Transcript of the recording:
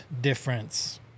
difference